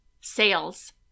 Sales